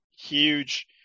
Huge